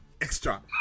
extra